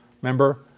Remember